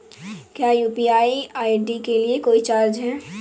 क्या UPI ID के लिए कोई चार्ज है?